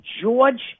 george